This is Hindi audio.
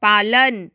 पालन